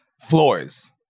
floors